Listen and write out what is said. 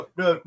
no